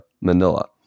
Manila